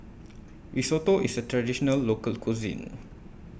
Risotto IS A Traditional Local Cuisine